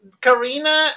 Karina